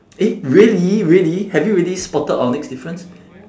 eh really really have you really spotted our next difference